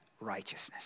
righteousness